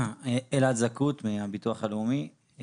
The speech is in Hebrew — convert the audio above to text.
אלעד זכות מהביטוח הלאומי.